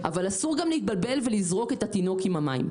כלומר לפתוח את התחרות באמת על ידי הקמה של חברות נוספות של אשראי.